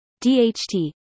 DHT